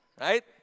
right